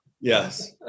yes